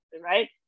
Right